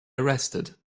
arrested